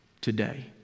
today